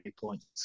points